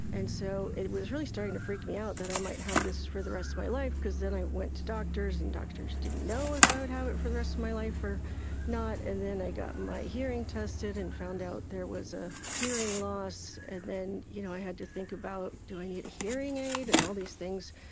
and so it was really starting to freak me out that i might have this for the rest of my life because then i went to doctors, and doctors didn't know if i would have it for the rest of my life or not. and then i got my hearing tested and found out they are was a hearing loss and then you know i had to think about do i need a hearing aid and all these things.